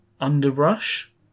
underbrush